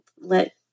let